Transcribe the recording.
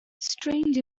strange